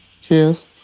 cheers